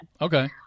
Okay